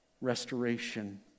Restoration